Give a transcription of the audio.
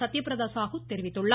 சத்யபிரதா சாகு தெரிவித்துள்ளார்